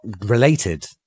related